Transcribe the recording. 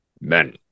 men